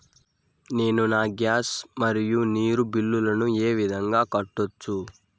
నేను నా గ్యాస్, మరియు నీరు బిల్లులను ఏ విధంగా కట్టొచ్చు?